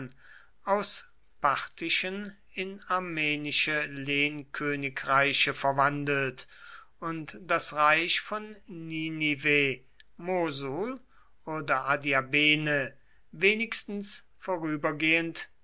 aus parthischen in armenische lehnkönigreiche verwandelt und das reich von ninive mosul oder adiabene wenigstens